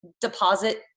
deposit